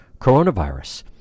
coronavirus